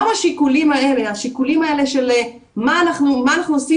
גם השיקולים האלה של מה אנחנו עושים